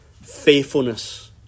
faithfulness